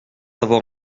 avoir